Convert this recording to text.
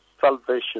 salvation